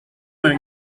nueva